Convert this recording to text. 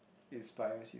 inspires